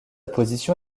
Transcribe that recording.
position